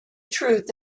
truth